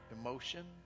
emotion